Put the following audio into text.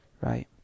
right